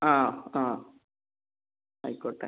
ആ ആ ആയിക്കോട്ടെ